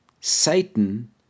Satan